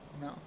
no